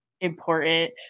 important